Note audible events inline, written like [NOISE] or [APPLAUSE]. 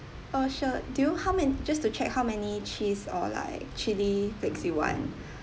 oh sure do you how many just to check how many cheese or like chilli flakes you want [BREATH]